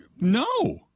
No